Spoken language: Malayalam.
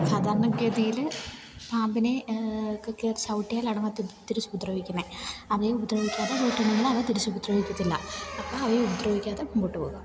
സാധാരണ ഗതിയിൽ പാമ്പിനെ ഒക്കെ ചവിട്ടിയാലാണ് അതും തിരിച്ച് ഉപദ്രവിക്കുന്നത് അവയെ ഉപദ്രവിക്കാതെ പോയിട്ടുണ്ടെങ്കിൽ അവ തിരിച്ചുപദ്രവിക്കത്തില്ല അപ്പം അവയെ ഉപദ്രവിക്കാതെ മുൻപോട്ടു പോകുക